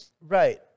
Right